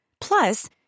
Plus